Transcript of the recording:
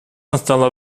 настало